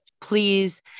please